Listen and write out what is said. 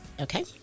Okay